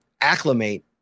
acclimate